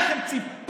לכם קצת בושה בפנים?